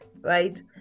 right